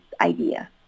idea